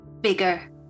bigger